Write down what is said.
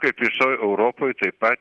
kaip visoj europoj taip pat